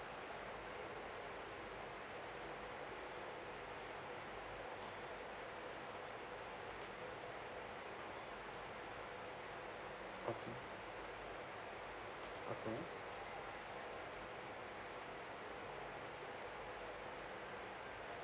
okay okay